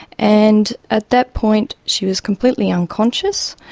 and at that point she was completely unconscious,